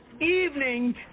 evening